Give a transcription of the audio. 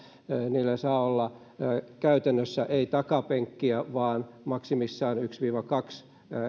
käytännössä saa olla takapenkkiä vaan maksimissaan yksi viiva kaksi